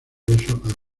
regreso